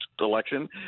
election